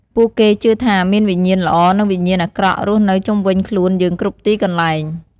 ពួកគេជឿថាមានវិញ្ញាណល្អ និងវិញ្ញាណអាក្រក់រស់នៅជុំវិញខ្លួនយើងគ្រប់ទីកន្លែង។